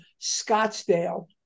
scottsdale